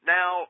Now